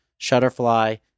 Shutterfly